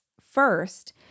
First